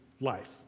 life